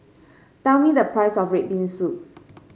tell me the price of red bean soup